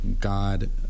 God